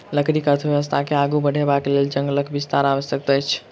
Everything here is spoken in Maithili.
लकड़ी अर्थव्यवस्था के आगू बढ़यबाक लेल जंगलक विस्तार आवश्यक अछि